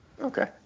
Okay